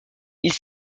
ils